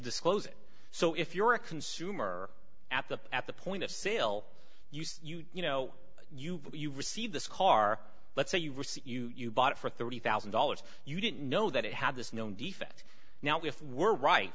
disclose it so if you're a consumer at the at the point of sale you say you know you you receive this car let's say you were see you bought it for thirty thousand dollars you didn't know that it had this known defect now if we're